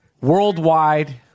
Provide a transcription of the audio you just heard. Worldwide